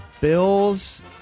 Bills